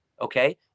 Okay